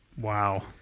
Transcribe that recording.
Wow